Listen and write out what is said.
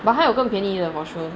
but 它还有更便宜的 for sure